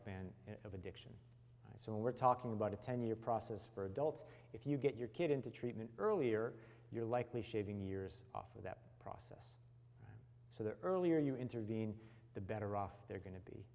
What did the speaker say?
lifespan of it so we're talking about a ten year process for adults if you get your kid into treatment earlier you're likely shaving years off of that process so the earlier you intervene the better off they're going to be